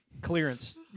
Clearance